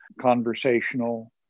conversational